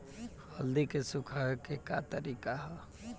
हल्दी के सुखावे के का तरीका ह?